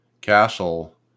castle